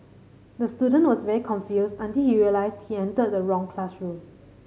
the student was very confused until he realised he entered the wrong classroom